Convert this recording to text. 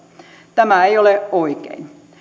tämä ei ole oikein